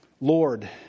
Lord